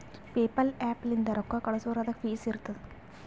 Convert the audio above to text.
PayPal app ಲಿಂತ್ ರೊಕ್ಕಾ ಕಳ್ಸುರ್ ಅದುಕ್ಕ ಫೀಸ್ ಇರ್ತುದ್